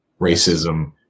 racism